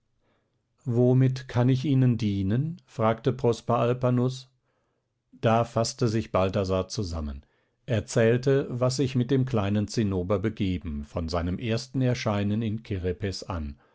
worin kann ich ihnen dienen fragte prosper alpanus da faßte sich balthasar zusammen erzählte was sich mit dem kleinen zinnober begeben von seinem ersten erscheinen in kerepes an